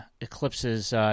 eclipses